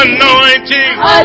Anointing